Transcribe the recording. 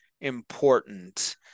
important